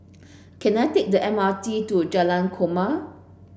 can I take the M R T to Jalan Korma